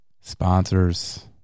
Sponsors